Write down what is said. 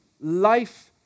life